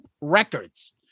Records